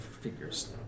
figures